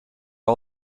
all